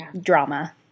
drama